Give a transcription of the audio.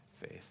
faith